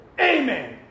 Amen